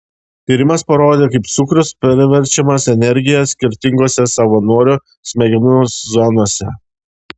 tyrimas parodė kaip cukrus paverčiamas energija skirtingose savanorių smegenų zonose